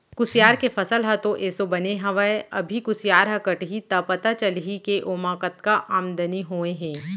कुसियार के फसल ह तो एसो बने हवय अभी कुसियार ह कटही त पता चलही के ओमा कतका आमदनी होय हे